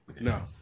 No